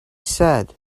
said